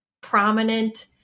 prominent